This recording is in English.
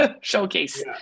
Showcase